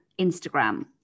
Instagram